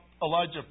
Elijah